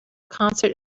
concert